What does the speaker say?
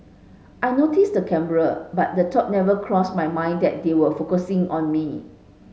I noticed the camera but the thought never crossed my mind that they were focusing on me